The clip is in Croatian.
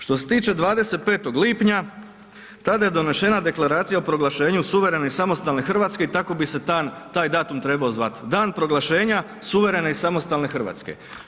Što se tiče 25. lipnja tada je donesena Deklaracija o proglašenju suverene i samostalne Hrvatske i tako bi se taj datum trebao zvati, dan proglašenja suverene i samostalne Hrvatske.